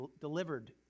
delivered